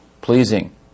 pleasing